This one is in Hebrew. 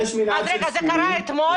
זה קרה אתמול?